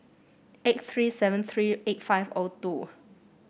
eight three seven three eight five O two